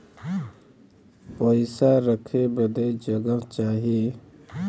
पइसा रखे बदे जगह चाही